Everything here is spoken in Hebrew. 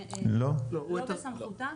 לא בסמכותם,